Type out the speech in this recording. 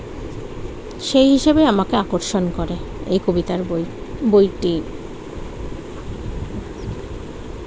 সেই হিসেবে আমাকে আকর্ষণ করে এই কবিতার বই বইটি